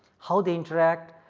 how they interact,